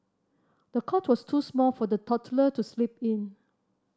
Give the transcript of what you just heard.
the cot was too small for the toddler to sleep in